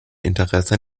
interesse